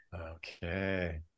Okay